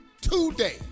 today